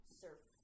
surf